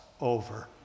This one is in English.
over